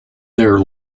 their